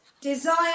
desire